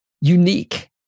Unique